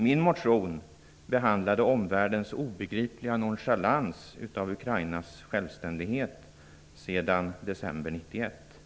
Min motion behandlar omvärldens obegripliga nonchalans av Ukrainas självständighet sedan december 1991.